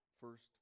first